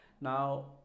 Now